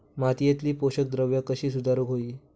मातीयेतली पोषकद्रव्या कशी सुधारुक होई?